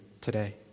today